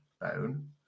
bone